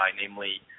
namely